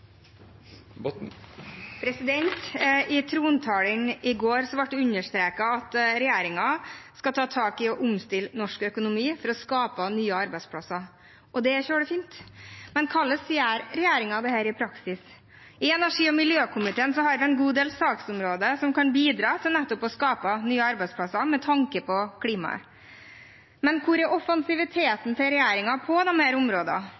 redd. I trontalen i går ble det understreket at regjeringen skal ta tak i og omstille norsk økonomi for å skape nye arbeidsplasser. Det er veldig fint, men hvordan gjør regjeringen dette i praksis? I energi- og miljøkomiteen har vi en god del saksområder som kan bidra til nettopp å skape nye arbeidsplasser med tanke på klimaet, men hvor er offensiviteten til regjeringen på